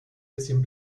bisschen